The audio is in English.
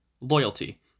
loyalty